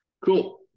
Cool